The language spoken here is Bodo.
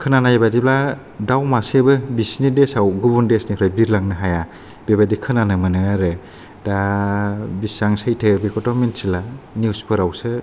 खोनानाय बायदिब्ला दाउ मासेबो बिसिनि देशआव गुबुन देशनि बिरलांनो हाया बेबायदि खोनानो मोनो आरो दा बेसेबां सैथो बेखौथ' मोनथिला निउसफोरावसो